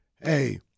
hey